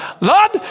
Lord